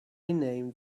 name